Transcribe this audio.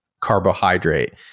carbohydrate